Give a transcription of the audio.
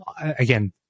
again